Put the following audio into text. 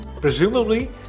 Presumably